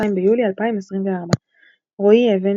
2 ביולי 2024 רועי אבן,